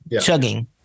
chugging